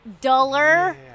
Duller